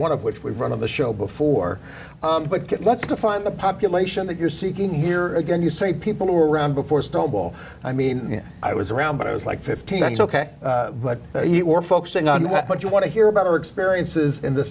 one of which we've run on the show before but get let's go find the population that you're seeking here again you say people who were around before snowball i mean i was around but i was like fifteen is ok but you're focusing on what you want to hear about our experiences in the